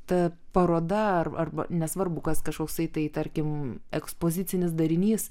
ta paroda ar arba nesvarbu kas kažkoksai tai tarkim ekspozicinis darinys